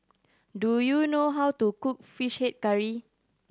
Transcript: do you know how to cook Fish Head Curry